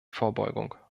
vorbeugung